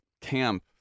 camp